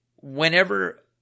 whenever